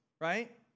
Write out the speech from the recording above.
right